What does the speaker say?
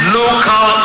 local